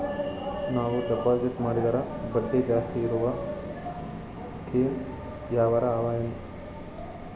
ನಾವು ಡೆಪಾಜಿಟ್ ಮಾಡಿದರ ಬಡ್ಡಿ ಜಾಸ್ತಿ ಇರವು ಸ್ಕೀಮ ಯಾವಾರ ಅವ ಏನ?